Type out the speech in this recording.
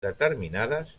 determinades